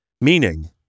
Meaning